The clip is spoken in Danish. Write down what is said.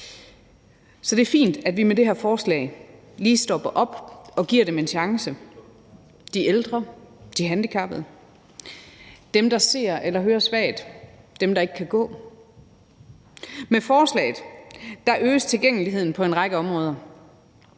Så det er fint, at vi med det her forslag lige stopper op og giver dem en chance – de ældre; de handicappede; dem, der ser eller hører svagt; dem, der ikke kan gå. Med forslaget øges tilgængeligheden på en række områder.